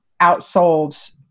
outsold